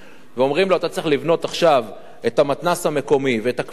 ואומרים לו: אתה צריך לבנות עכשיו את המתנ"ס המקומי ואת הכבישים,